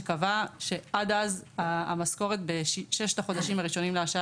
שקבע שעד אז המשכורת בששת החודשים הראשונים להשעיה